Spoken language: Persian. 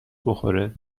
بخوره